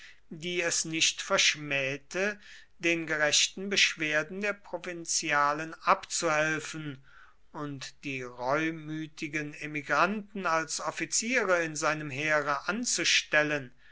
die es nicht verschmähte den gerechten beschwerden der provinzialen abzuhelfen und die reumütigen emigranten als offiziere in seinem heere anzustellen